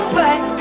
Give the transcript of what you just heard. back